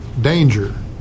danger